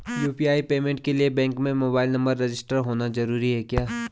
UPI payment के लिए bank में मोबाइल नंबर रजिस्टर्ड होना जरूरी है क्या?